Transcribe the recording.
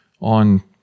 on